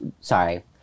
sorry